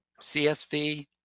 csv